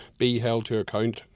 be held to account?